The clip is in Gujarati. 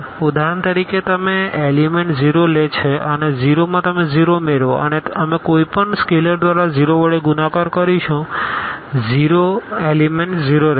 ઉદાહરણ તરીકે તમે એલીમેન્ટ 0 લે છે અને 0 માં તમે 0 મેળવો છો અને અમે કોઈ પણ સ્કેલર દ્વારા 0 વડે ગુણાકાર કરીશું 0 એલીમેન્ટ 0 રહેશે